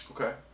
Okay